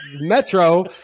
metro